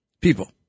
people